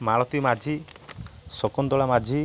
Malati Majhi Shakuntala Majhi